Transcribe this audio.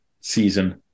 season